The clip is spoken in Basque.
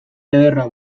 ederra